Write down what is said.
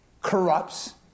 corrupts